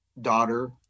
daughter